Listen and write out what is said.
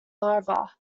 larva